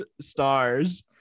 stars